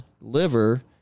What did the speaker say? liver